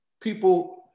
people